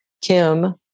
Kim